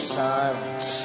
silence